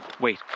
wait